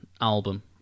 album